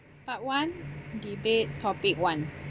part one debate topic one